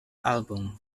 album